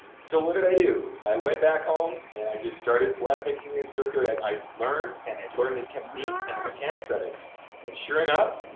so what did i do? i went back home and i just started flatpicking in circular, and i so learned and i learned the technique and the mechanics of it and sure enough,